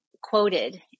quoted